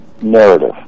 narrative